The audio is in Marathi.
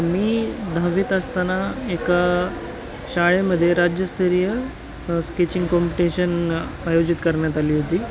मी दहावीत असताना एका शाळेमध्ये राज्यस्तरीय स्केचिंग कॉम्पिटिशन आयोजित करण्यात आली होती